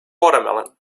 watermelon